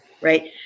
Right